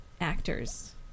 actors